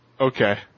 Okay